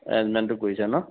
এৰেঞ্জমেণ্টো কৰিছে ন